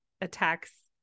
attacks